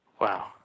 Wow